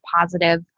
positive